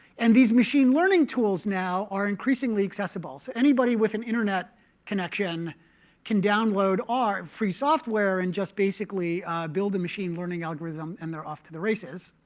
and these machine learning tools now are increasingly accessible. so anybody with an internet connection can download our free software and just basically build a machine learning algorithm, and they're off to the races.